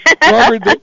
Robert